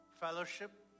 fellowship